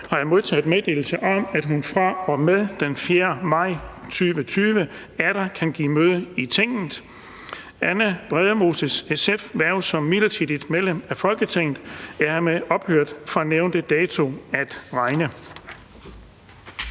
har jeg modtaget meddelelse om, at hun fra og med den 4. maj 2020 atter kan give møde i Tinget. Anna Brændemoses (SF) hverv som midlertidigt medlem af Folketinget er hermed ophørt fra nævnte dato at regne.